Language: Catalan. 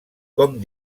com